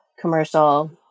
commercial